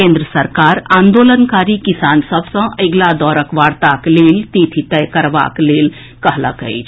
केन्द्र सरकार आंदोलनकारी किसान सभ सँ अगिला दौरक वार्ताक लेल तिथि तय करबाक लेल कहलक अछि